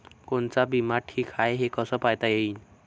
कोनचा बिमा ठीक हाय, हे कस पायता येईन?